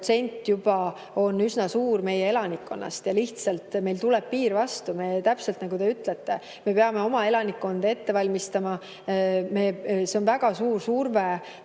juba on üsna suur ja lihtsalt meil tuleb piir vastu. Täpselt nagu te ütlete, me peame oma elanikkonda ette valmistama. See on väga suur surve